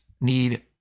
need